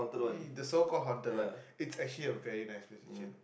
yeah the so called haunted one it's actually a very nice place to chill